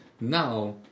now